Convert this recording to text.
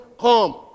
come